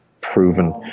proven